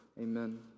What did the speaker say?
Amen